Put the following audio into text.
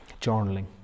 journaling